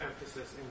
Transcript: emphasis